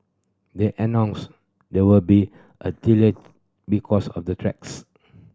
they announced there would be a delay because of the tracks